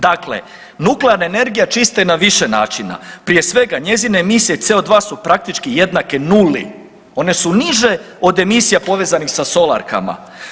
Dakle, nuklearna energija čiste na više načina, prije svega njezine emisije CO2 su praktički jednake nuli, one su niže od emisija povezanih sa solarkama.